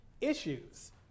issues